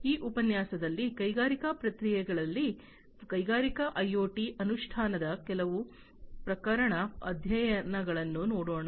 ಈ ಉಪನ್ಯಾಸದಲ್ಲಿ ಕೈಗಾರಿಕಾ ಪ್ರಕ್ರಿಯೆಗಳಲ್ಲಿ ಕೈಗಾರಿಕಾ ಐಒಟಿ ಅನುಷ್ಠಾನದ ಕೆಲವು ಪ್ರಕರಣ ಅಧ್ಯಯನಗಳನ್ನು ನೋಡೋಣ